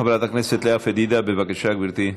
חברת הכנסת לאה פדידה, בבקשה, גברתי.